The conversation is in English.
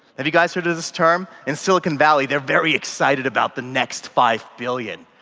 have you guys heard of this term? in silicon valley they're very excited about the next five billion.